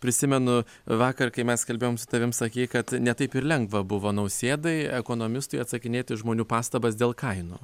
prisimenu vakar kai mes kalbėjom su tavim sakei kad ne taip ir lengva buvo nausėdai ekonomistui atsakinėti į žmonių pastabas dėl kainų